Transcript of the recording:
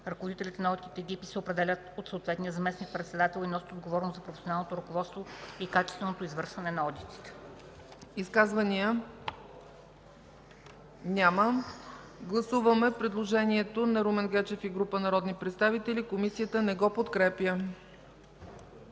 Ръководителите на одитните екипи се определят от съответния заместник-председател и носят отговорност за професионалното ръководство и качественото извършване на одитите.” ПРЕДСЕДАТЕЛ ЦЕЦКА ЦАЧЕВА: Изказвания? Няма. Гласуваме предложението на Румен Гечев и група народни представители. Комисията не го подкрепя.